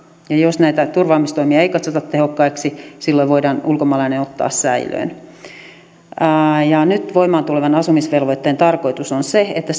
jos näitä turvaamistoimia ei katsota tehokkaiksi silloin voidaan ulkomaalainen ottaa säilöön nyt voimaan tulevan asumisvelvoitteen tarkoitus on se että